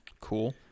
cool